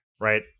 right